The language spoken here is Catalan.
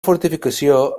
fortificació